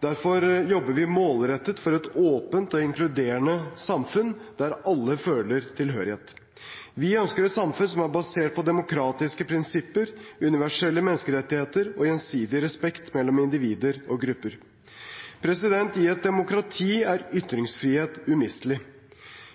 Derfor jobber vi målrettet for et åpent og inkluderende samfunn der alle føler tilhørighet. Vi ønsker et samfunn som er basert på demokratiske prinsipper, universelle menneskerettigheter og gjensidig respekt mellom individer og grupper. I et demokrati er ytringsfrihet umistelig.